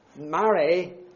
marry